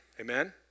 Amen